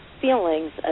feelings